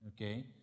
Okay